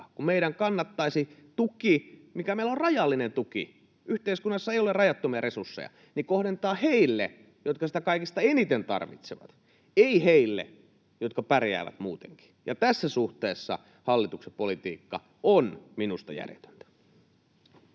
kun meidän kannattaisi tuki — mikä meillä on rajallinen, yhteiskunnassa ei ole rajattomia resursseja — kohdentaa heille, jotka sitä kaikista eniten tarvitsevat, ei heille, jotka pärjäävät muutenkin. Tässä suhteessa hallituksen politiikka on minusta järjetöntä.